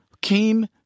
came